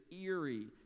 eerie